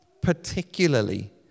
particularly